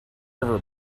river